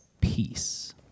peace